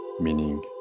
meaning